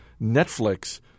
Netflix